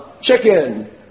chicken